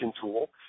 tool